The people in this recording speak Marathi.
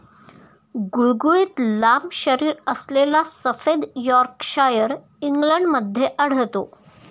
गुळगुळीत लांब शरीरअसलेला सफेद यॉर्कशायर इंग्लंडमध्ये आढळतो